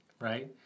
right